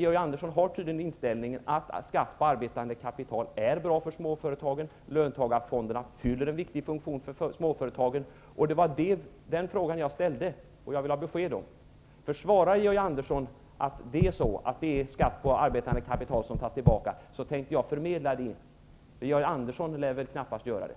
Georg Andersson har tydligen inställningen att skatt på arbetande kapital är bra för småföretagen, att löntagarfonderna fyller en viktig funktion för småföretagen. Jag ställde en fråga om detta, och jag vill ha besked. Försvarar Georg Andersson detta att skatten på arbetande kapital skall tas tillbaka, så förmedlar jag det, för Georg Andersson lär väl knappast göra det.